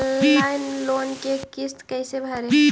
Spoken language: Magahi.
ऑनलाइन लोन के किस्त कैसे भरे?